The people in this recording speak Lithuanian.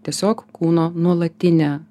tiesiog kūno nuolatinė